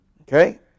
Okay